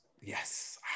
Yes